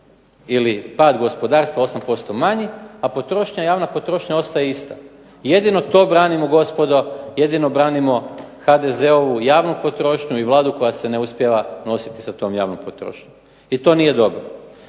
ili pad gospodarstva % manji, a potrošnja i javna potrošnja ostaje ista. Jedino to branimo gospodo, jedino branimo HDZ-ovu javnu potrošnju i Vladu koja se ne uspijeva nositi sa tom javnom potrošnjom i to nije dobro.